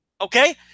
Okay